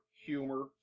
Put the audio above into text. humor